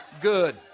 good